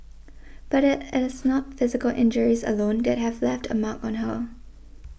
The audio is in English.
but it it is not physical injuries alone that have left a mark on her